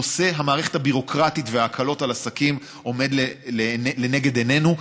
נושא המערכת הביורוקרטיות וההקלות לעסקים עומד לנגד עינינו,